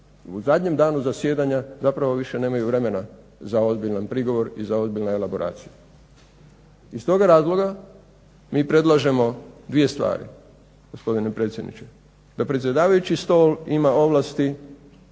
u zadnjem danu zasjedanja zapravo više nemaju vremena za ozbiljan prigovor i za ozbiljnu elaboraciju. Iz toga razloga mi predlažemo dvije stvari gospodine predsjedniče, da predsjedavajući stol ima ovlasti